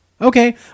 Okay